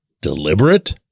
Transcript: deliberate